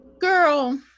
girl